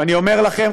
ואני אומר לכם,